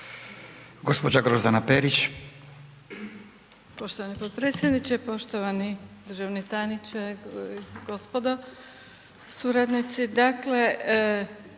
Gospođa Grozdana Perić.